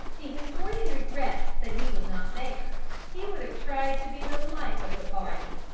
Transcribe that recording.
the historian regrets that he was not there he would have tried to be the life of the party.